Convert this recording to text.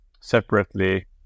separately